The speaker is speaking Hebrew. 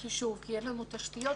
וזה כי אין לנו תשתיות.